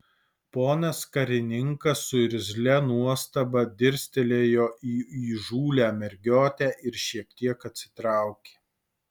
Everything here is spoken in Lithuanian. ponas karininkas su irzlia nuostaba dirstelėjo į įžūlią mergiotę ir šiek tiek atsitraukė